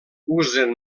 usen